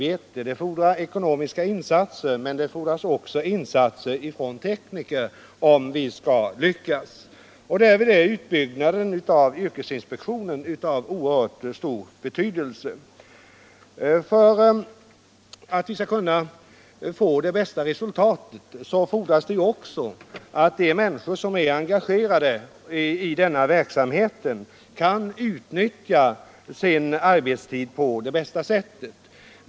För att vi skall lyckas fordras ekonomiska insatser men också insatser från tekniker, och utbyggnaden av yrkesinspektionen är därvid av oerhört stor betydelse. För att vi skall kunna få det bästa resultatet fordras det också att de människor som är engagerade i denna verksamhet kan utnyttja sin arbetstid på det bästa sättet.